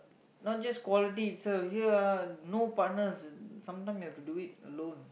not just quality itself here ah no partners sometimes you have to do it alone